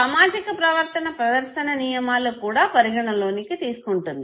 సామాజిక ప్రవర్తన ప్రదర్శన నియమాలు కూడా పరిగణలోనికి తీసుకుంటుంది